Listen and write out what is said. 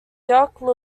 jacques